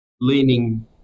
leaning